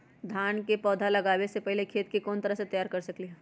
धान के पौधा लगाबे से पहिले खेत के कोन तरह से तैयार कर सकली ह?